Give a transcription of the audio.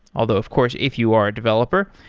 although of course if you are a developer,